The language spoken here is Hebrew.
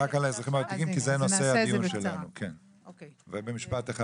רק על האזרחים הוותיקים כי זה נושא הדיון ובמשפט אחד,